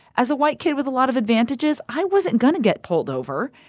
as a white kid with a lot of advantages, i wasn't going to get pulled over.